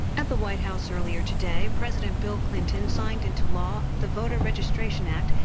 at the white house earlier today, president bill clinton signed into law the voter registration act,